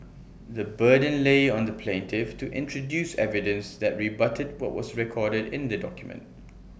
the burden lay on the plaintiff to introduce evidence that rebutted what was recorded in the document